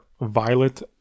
Violet